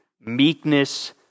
meekness